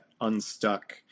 unstuck